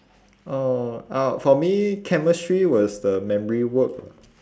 oh uh for me chemistry was the memory work lah